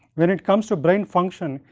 when it comes to brain function,